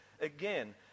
again